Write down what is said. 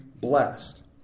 blessed